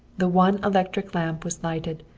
the one electric lamp was lighted,